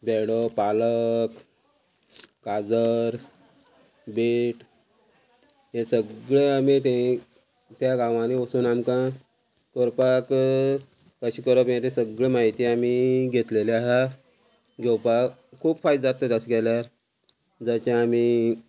भेंडो पालक गा जर बीट हे सगळे आमी थंय त्या गांवांनी वचून आमकां कोरपाक कशें करोप हे सगळे म्हायती आमी घेतलेली आहा घेवपाक खूब फायदो जाता तसो गेल्यार जशें आमी